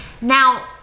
now